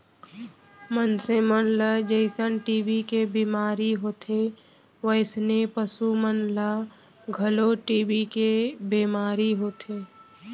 मनसे मन ल जइसन टी.बी के बेमारी होथे वोइसने पसु मन ल घलौ टी.बी के बेमारी होथे